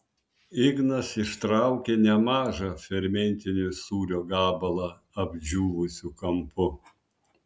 ignas ištraukė nemažą fermentinio sūrio gabalą apdžiūvusiu kampu